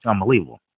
unbelievable